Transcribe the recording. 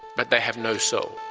but they have no soul,